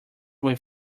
will